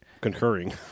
concurring